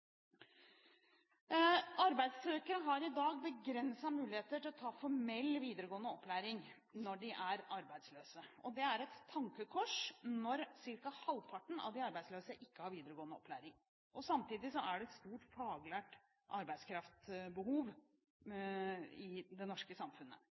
har i dag begrensede muligheter til å ta formell videregående opplæring når de er arbeidsløse. Dette er et tankekors når ca. halvparten av de arbeidsløse ikke har videregående opplæring. Samtidig er det et stort behov for faglært